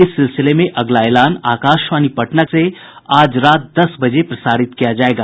इस सिलसिले में अगला एलान आकाशवाणी पटना से आज रात दस बजे प्रसारित किया जायेगा